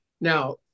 Now